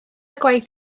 gwaith